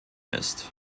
ist